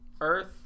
Earth